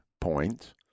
points